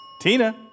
Tina